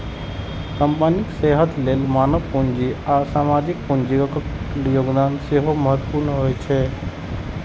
कंपनीक सेहत लेल मानव पूंजी आ सामाजिक पूंजीक योगदान सेहो महत्वपूर्ण होइ छै